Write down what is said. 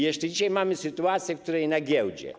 Jeszcze dzisiaj mamy sytuację, w której na giełdzie.